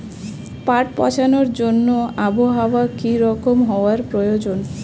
পাট পচানোর জন্য আবহাওয়া কী রকম হওয়ার প্রয়োজন?